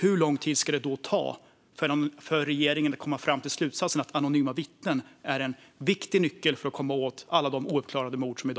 Hur lång tid ska det då ta för regeringen att komma fram till slutsatsen att anonyma vittnen är en viktig nyckel för att komma åt alla dagens ouppklarade mord?